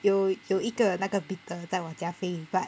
有有一个那个 beetle 在我家飞 but